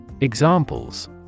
Examples